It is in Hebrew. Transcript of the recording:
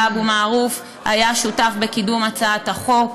אבו מערוף היה שותף בקידום הצעת החוק.